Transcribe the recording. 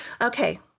Okay